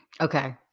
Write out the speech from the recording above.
Okay